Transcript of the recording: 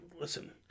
Listen